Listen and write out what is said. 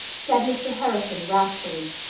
said mr. harrison wrathfully.